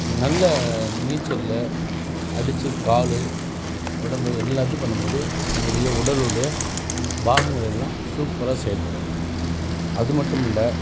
நல்லா நீச்சல் அடித்து கால் உடம்பு எல்லாத்தையும் பண்ணும்போது நம்முடைய உடலில் உடைய பாகங்கள் எல்லாம் சூப்பராக செயல்படும் அது மட்டும் இல்லை